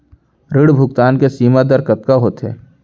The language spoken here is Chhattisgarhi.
ऋण भुगतान के सीमा दर कतका होथे?